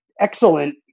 excellent